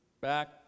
Back